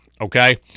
Okay